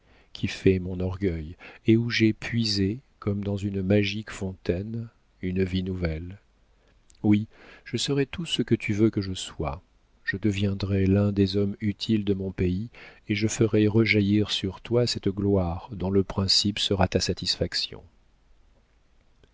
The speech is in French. qui fait mon orgueil et où j'ai puisé comme dans une magique fontaine une vie nouvelle oui je serai tout ce que tu veux que je sois je deviendrai l'un des hommes utiles de mon pays et je ferai rejaillir sur toi cette gloire dont le principe sera ta satisfaction